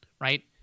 right